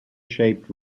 shaped